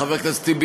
חבר הכנסת טיבי,